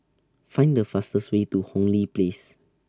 Find The fastest Way to Hong Lee Place